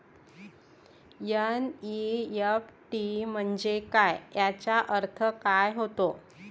NEFT म्हंजे काय, त्याचा अर्थ काय होते?